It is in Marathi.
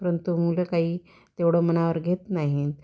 परंतु मुलं काही तेवढं मनावर घेत नाही